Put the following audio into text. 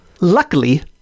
Luckily